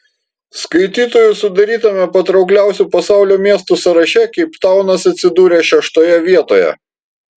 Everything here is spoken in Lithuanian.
skaitytojų sudarytame patraukliausių pasaulio miestų sąraše keiptaunas atsidūrė šeštoje vietoje